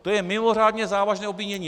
To je mimořádně závažné obvinění!